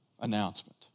announcement